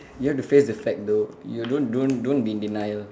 you have to face the fact though you don't don't don't be in denial